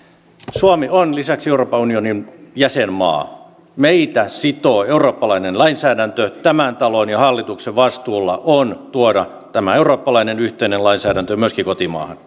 suomi on lisäksi euroopan unionin jäsenmaa meitä sitoo eurooppalainen lainsäädäntö tämän talon ja hallituksen vastuulla on tuoda tämä eurooppalainen yhteinen lainsäädäntö myöskin kotimaahan